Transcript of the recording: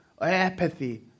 apathy